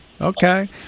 Okay